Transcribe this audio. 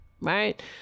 right